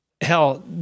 hell